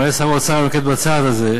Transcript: אלמלא נקט שר האוצר את הצעד הזה,